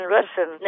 Russian